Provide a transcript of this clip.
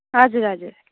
हजुर हजुर